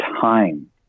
time